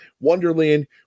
Wonderland